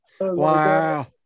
wow